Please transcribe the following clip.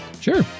Sure